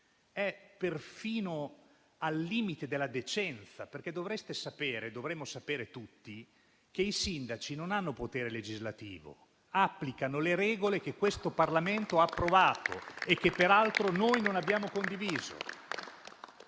è perfino al limite della decenza, perché dovreste sapere e dovremmo sapere tutti che i sindaci non hanno potere legislativo, ma applicano le regole che questo Parlamento ha approvato e che peraltro noi non abbiamo condiviso.